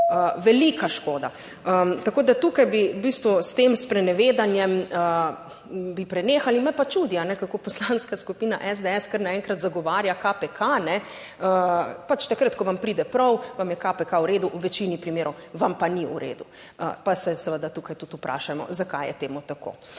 velika škoda. Tako da tukaj bi v bistvu s tem sprenevedanjem bi prenehali, me pa čudi kako Poslanska skupina SDS kar naenkrat zagovarja KPK. Pač takrat, ko vam pride prav, vam je KPK v redu, v večini primerov vam pa ni v redu, pa se seveda tukaj tudi vprašamo zakaj je temu tako.